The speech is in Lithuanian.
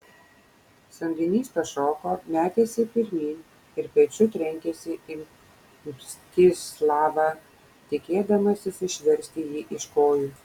samdinys pašoko metėsi pirmyn ir pečiu trenkėsi į mstislavą tikėdamasis išversti jį iš kojų